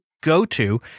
go-to